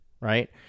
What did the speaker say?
right